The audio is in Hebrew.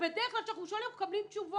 ובדרך כלל כשאנחנו שואלים, מקבלים תשובות.